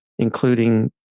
including